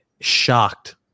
shocked